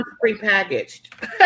pre-packaged